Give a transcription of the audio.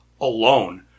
alone